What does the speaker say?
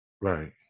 Right